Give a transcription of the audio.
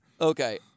Okay